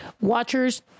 watchers